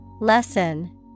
Lesson